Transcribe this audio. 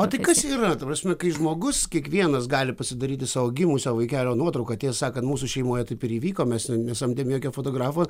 o tai kas yra ta prasme kai žmogus kiekvienas gali pasidaryti savo gimusio vaikelio nuotrauką tiesą sakant mūsų šeimoj taip ir įvyko mes nesamdėm jokio fotografo